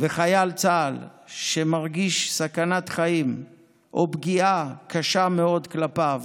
וחייל צה"ל שמרגיש סכנת חיים או פגיעה קשה מאוד כלפיו